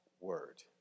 word